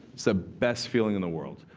so best feeling in the world.